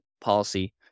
policy